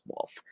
wolf